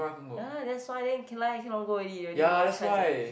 ya that's why then can lie cannot go already you already no more chance already